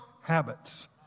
habits